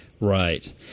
Right